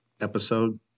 episode